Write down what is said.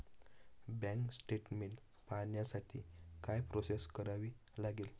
Bank statement पाहण्यासाठी काय process करावी लागेल?